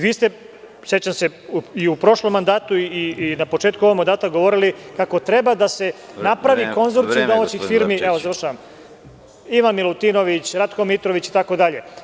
Vi ste, sećam se, i u prošlom mandatu i na početku ovog mandata govorili kako treba da se napravi konzorcijum domaćih firmi Ivan Milutinović, Ratko Mitrović itd.